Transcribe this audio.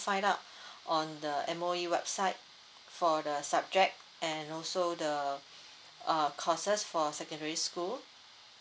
find out on the M_O_E website for the subject and also the uh courses for secondary school